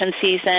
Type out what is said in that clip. season